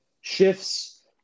shifts